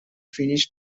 finished